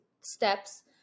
steps